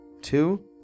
Two